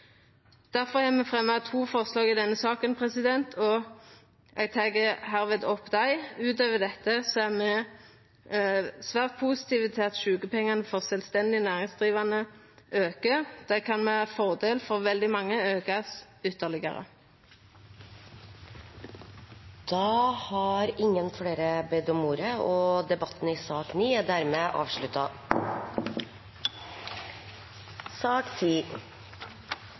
Derfor har me fremja to forslag i denne saka. Utover dette er me svært positive til at sjukepengane for sjølvstendig næringsdrivande aukar. Dei kan med fordel for veldig mange aukast ytterlegare. Fleire har ikkje bedt om ordet til sak nr. 9. Etter ønske fra utdannings- og